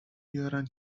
بیارن